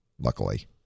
Luckily